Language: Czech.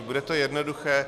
Bude to jednoduché.